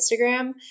Instagram